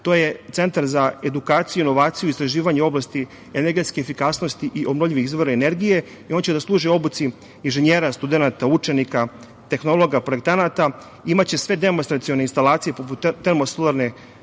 To je centar za edukaciju, inovaciju, istraživanje oblasti energetske efikasnosti i obnovljivih izvora energije i on će da služi obuci inženjera, studenata, učenika, tehnologa, projektanata, imaće sve demonstracione instalacije poput termo, solarne